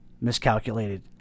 Miscalculated